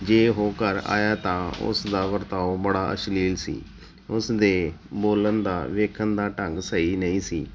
ਜੇ ਉਹ ਘਰ ਆਇਆ ਤਾਂ ਉਸ ਦਾ ਵਰਤਾਉ ਬੜਾ ਅਸ਼ਲੀਲ ਸੀ ਉਸਨੇ ਬੋਲਣ ਦਾ ਵੇਖਣ ਦਾ ਢੰਗ ਸਹੀ ਨਹੀਂ ਸੀ